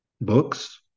books